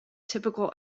typical